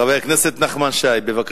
חבר הכנסת נחמן שי, בבקשה.